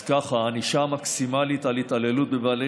אז ככה: הענישה המקסימלית על התעללות בבעלי